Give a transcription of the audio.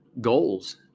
goals